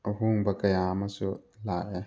ꯑꯍꯣꯡꯕ ꯀꯌꯥ ꯑꯃꯁꯨ ꯂꯥꯛꯑꯦ